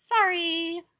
sorry